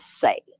say